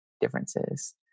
differences